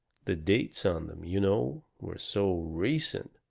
the dates on them, you know, were so recent.